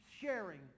sharing